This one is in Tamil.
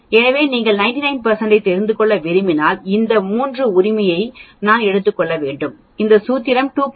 எனவே நீங்கள் 99 ஐத் தெரிந்து கொள்ள விரும்பினால் இந்த 3 உரிமையை நான் எடுக்க வேண்டும் அது சூத்திரம் 2